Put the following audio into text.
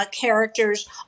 characters